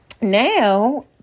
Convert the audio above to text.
now